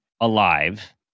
alive